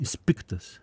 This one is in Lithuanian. jis piktas